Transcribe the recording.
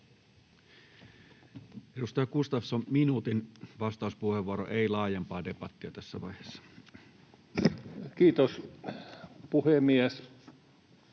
Edustaja Gustafsson, minuutin vastauspuheenvuoro. Ei laajempaa debattia tässä vaiheessa. [Speech